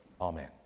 Amen